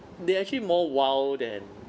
they actually more wild than